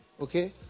Okay